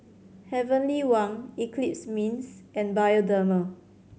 Heavenly Wang Eclipse Mints and Bioderma